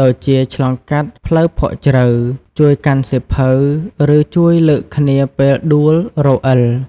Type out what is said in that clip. ដូចជាឆ្លងកាត់ផ្លូវភក់ជ្រៅ ជួយកាន់សៀវភៅ ឬជួយលើកគ្នាពេលដួលរអិល។